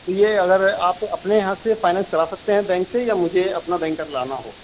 تو یہ اگر آپ کو اپنے یہاں سے فائننس کرا سکتے ہیں بینک سے یا مجھے اپنا بینکر لانا ہوگا